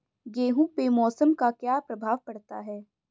गेहूँ पे मौसम का क्या प्रभाव पड़ता है?